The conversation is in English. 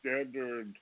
standard